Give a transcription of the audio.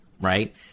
right